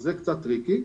זה קצת טריקי.